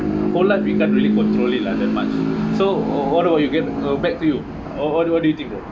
whole life we can't really control it lah that much so what about you get uh back to you uh what what do you think bro